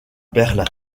berlin